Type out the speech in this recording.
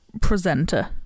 presenter